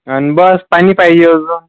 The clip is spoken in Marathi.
आणि बस पाणी पाहिजे अजून